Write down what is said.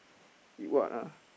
eat what ah